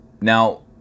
Now